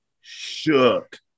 Shook